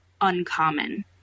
uncommon